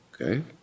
Okay